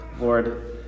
Lord